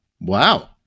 wow